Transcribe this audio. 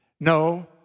No